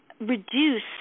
reduce